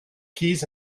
keys